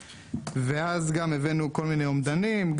אז הבאנו כל מיני אומדנים,